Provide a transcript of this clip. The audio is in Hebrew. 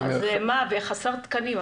וחסר תקנים.